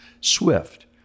Swift